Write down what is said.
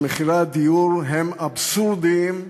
שמחירי הדיור הם אבסורדיים,